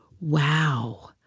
Wow